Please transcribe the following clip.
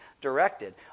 directed